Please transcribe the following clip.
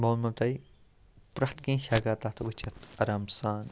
بہٕ ونمو تۄہہِ پرٛتھ کینٛہہ چھِ ہیکان تَتھ وٕچھِتھ آرام سان